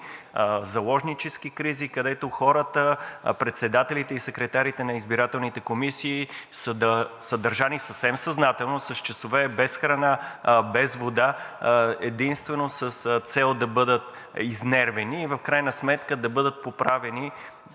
заложнически кризи, където хората – председателите и секретарите на избирателните комисии, са държани съвсем съзнателно с часове без храна, без вода, единствено с цел да бъдат изнервени и в крайна сметка да бъдат поправени